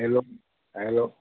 hello hello